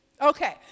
Okay